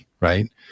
right